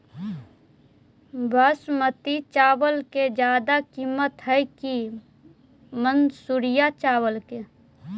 बासमती चावल के ज्यादा किमत है कि मनसुरिया चावल के?